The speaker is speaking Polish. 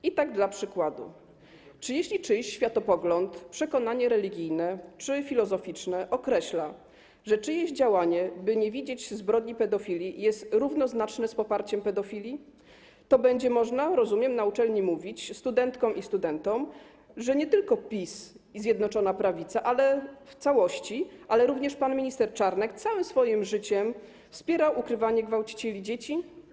I tak dla przykładu, czy jeśli czyjś światopogląd, przekonanie religijne czy filozoficzne określa, że czyjeś działanie, by nie widzieć zbrodni pedofilii, jest równoznaczne z poparcie pedofilii, to będzie można, rozumiem, na uczelni mówić studentkom i studentom, że nie tylko PiS i Zjednoczona Prawica w całości, ale również pan minister Czarnek całym swoim życiem wspiera ukrywanie gwałcicieli dzieci?